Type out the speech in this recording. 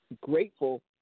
grateful